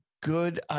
good